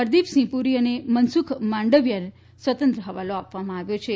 ફરદીપ સિંફ પુરી અને મનસુખ માંડવીયાએ સ્વતંત્ર ફવાલો આપવામાં આવ્યો છે